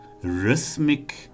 rhythmic